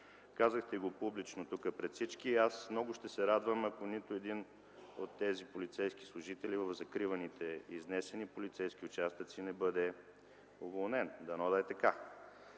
Казахте го публично тук пред всички и аз много ще се радвам, ако нито един от тези полицейски служители в закриваните изнесени полицейски участъци не бъде уволнен. Дано да е така!